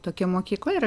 tokia mokykla yra